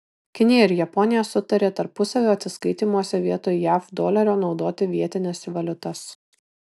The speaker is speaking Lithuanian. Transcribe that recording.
kinija ir japonija sutarė tarpusavio atsiskaitymuose vietoj jav dolerio naudoti vietines valiutas